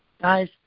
Guys